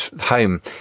home